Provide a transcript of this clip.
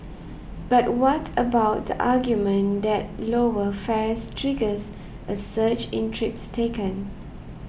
but what about the argument that lower fares triggers a surge in trips taken